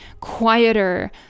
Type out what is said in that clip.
quieter